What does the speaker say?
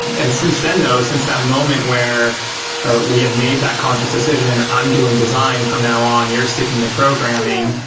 and since then though, since that moment where ah we have made that conscious decision, i'm doing design from now on, you're sticking to programming,